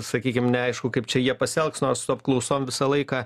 sakykim neaišku kaip čia jie pasielgs nors su apklausom visą laiką